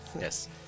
yes